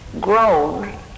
grown